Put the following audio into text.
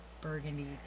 burgundy